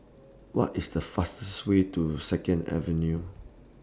What IS The fastest Way to Second Avenue